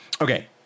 Okay